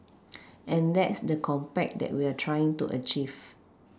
and that's the compact that we're trying to achieve